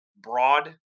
broad